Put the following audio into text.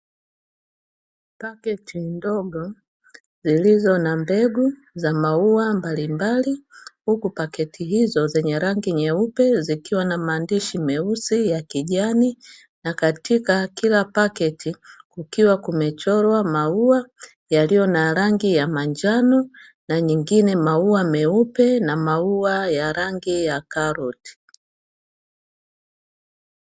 Paketi ndogo zilizo na mbegu za maua mbalimbali huku paketi hizo zenye rangi nyeupe, zikiwa na maandishi meusi ya kijani na katika kila paketi ukiwa kumechorwa maua yaliyo na rangi ya manjano na nyingine maua meupe na maua ya rangi ya karoti."